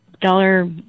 dollar